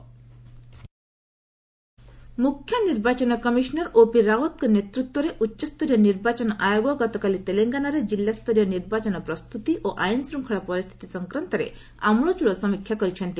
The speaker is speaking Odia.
ଇସି ତେଲେଙ୍ଗାନା ମୁଖ୍ୟ ନିର୍ବାଚନ କମିଶନର୍ ଓପି ରାୱତ୍ଙ୍କ ନେତୃତ୍ୱରେ ଉଚ୍ଚସ୍ତରୀୟ ନିର୍ବାଚନ ଆୟୋଗ ଗତକାଲି ତେଲେଙ୍ଗାନାରେ କିଲ୍ଲା ସ୍ତରୀୟ ନିର୍ବାଚନ ପ୍ରସ୍ତୁତି ଓ ଆଇନ୍ ଶ୍ଦଙ୍ଖଳା ପରିସ୍ଥିତି ସଂକ୍ରାନ୍ତରେ ଆମୁଳଚୂଳ ସମୀକ୍ଷା କରିଛନ୍ତି